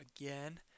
again